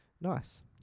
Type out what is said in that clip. Nice